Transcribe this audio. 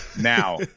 Now